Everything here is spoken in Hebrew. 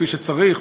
כפי שצריך,